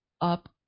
up